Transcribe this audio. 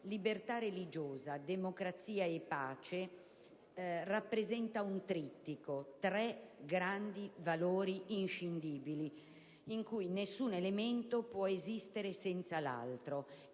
Libertà religiosa, democrazia e pace rappresentano un trittico, tre grandi valori inscindibili, nel quale nessun elemento può esistere senza l'altro.